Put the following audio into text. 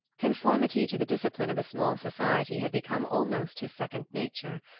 conformity to the discipline of a small society had become almost his second nature.